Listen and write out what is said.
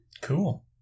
Cool